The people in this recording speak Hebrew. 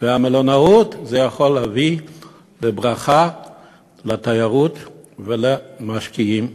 ומלונאות יכול להביא ברכה לתיירות ולמשקיעים.